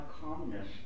calmness